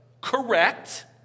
correct